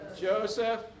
Joseph